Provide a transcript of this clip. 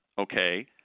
okay